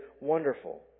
wonderful